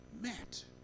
met